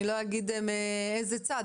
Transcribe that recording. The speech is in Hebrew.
לא אגיד מאיזה צד,